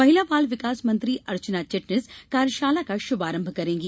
महिला बाल विकास मंत्री अर्चना चिटनिस कार्यशाला का शुभारंभ करेंगी